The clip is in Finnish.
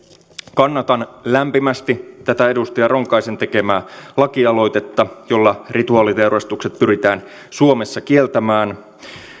kannatan lämpimästi tätä edustaja ronkaisen tekemää lakialoitetta jolla rituaaliteurastukset pyritään suomessa kieltämään